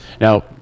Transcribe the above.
Now